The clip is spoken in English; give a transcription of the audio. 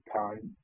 time